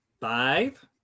five